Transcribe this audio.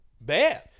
bad